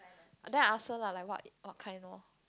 then I ask her lah like what what kind lor